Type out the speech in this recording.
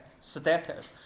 status